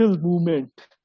movement